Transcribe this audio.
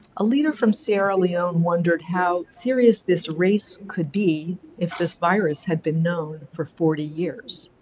a leader from sierra leone wondered how serious this race could be if this virus had been known for forty years.